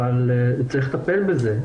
צריך לטפל בזה,